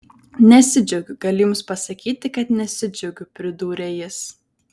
nesidžiaugiu galiu jums pasakyti kad nesidžiaugiu pridūrė jis